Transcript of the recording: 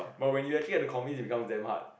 but when you actually have to commit it becomes damn hard